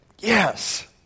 yes